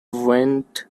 went